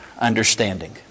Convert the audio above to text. understanding